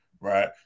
right